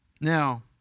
Now